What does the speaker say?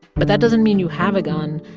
but that doesn't mean you have a gun.